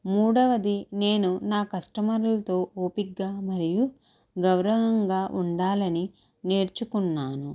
మూడవది నేను నా కస్టమర్లతో ఓపిగ్గా మరియు గౌరవంగా ఉండాలని నేర్చుకున్నాను